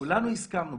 כולנו הסכמנו,